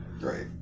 right